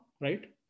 right